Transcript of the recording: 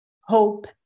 hope